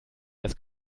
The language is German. das